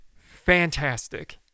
Fantastic